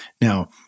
Now